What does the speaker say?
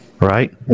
Right